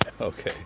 Okay